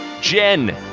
Jen